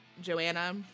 Joanna